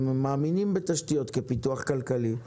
מאמינים בתשתיות כפיתוח כלכלי.